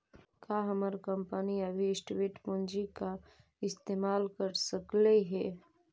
का हमर कंपनी अभी इक्विटी पूंजी का इस्तेमाल कर सकलई हे